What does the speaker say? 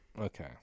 Okay